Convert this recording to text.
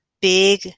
big